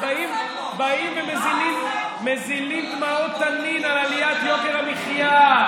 הם באים ומזילים דמעות תנין על עליית יוקר המחיה.